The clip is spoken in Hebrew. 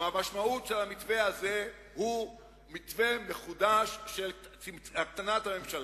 והמשמעות של המתווה הזה היא מתווה מחודש של הקטנת הממשלה.